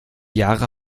jahre